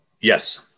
Yes